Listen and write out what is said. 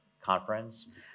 conference